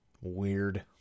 Weird